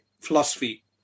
philosophy